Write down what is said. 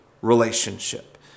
relationship